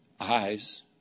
eyes